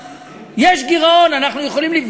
אותם אנשים ונשים.